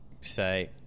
say